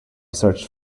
searched